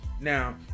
Now